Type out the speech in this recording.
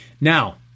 Now